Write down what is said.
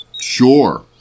Sure